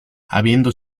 habiendo